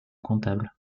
comptable